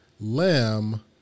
lamb